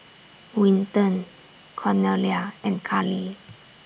Winton Cornelia and Carli